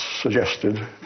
suggested